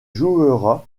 jouera